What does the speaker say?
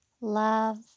Love